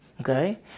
Okay